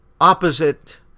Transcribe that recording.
opposite